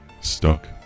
stuck